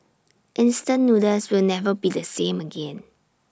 instant noodles will never be the same again